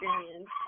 experience